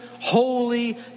holy